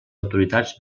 autoritats